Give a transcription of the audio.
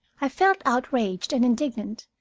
i felt outraged and indignant,